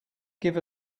give